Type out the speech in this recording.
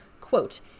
Quote